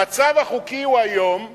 המצב החוקי היום הוא,